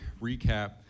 recap